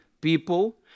people